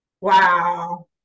Wow